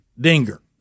dinger